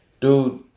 dude